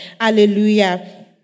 Hallelujah